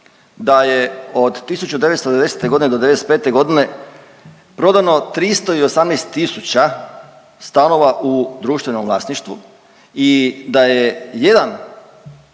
da je od 1990. godine do '95. godine prodano 318 tisuća stanova u društvenom vlasništvu i da je jedan